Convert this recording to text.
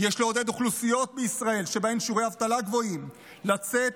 יש לעודד אוכלוסיות בישראל שבהן שיעורי אבטלה גבוהים לצאת